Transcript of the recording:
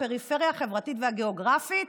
הפריפריה החברתית והגיאוגרפית?